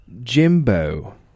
Jimbo